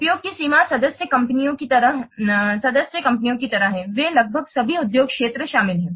उपयोग की सीमा सदस्य कंपनियों की तरह है जिसमें वे लगभग सभी उद्योग क्षेत्र शामिल हैं